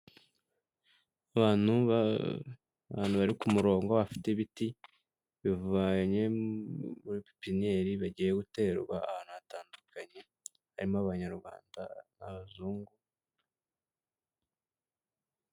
Abantu bari ku murongo bafite ibiti bavanye muri pipinyeri bigiye guterwa ahantu hatandukanye harimo abanyarwanda, abazungu.